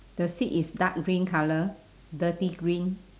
the seat is dark green colour dirty green